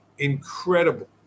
incredible